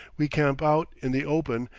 we camp out in the open,